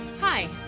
Hi